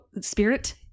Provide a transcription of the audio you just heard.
Spirit